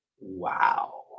wow